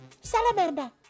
Salamander